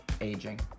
Aging